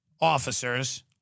officers